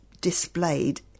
displayed